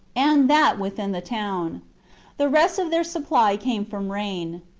and that within the town the rest of their supply came from rain.